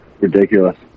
Ridiculous